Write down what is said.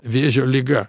vėžio liga